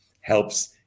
helps